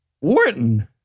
Wharton